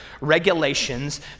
regulations